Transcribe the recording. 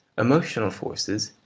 emotional forces,